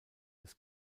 des